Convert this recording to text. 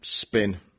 spin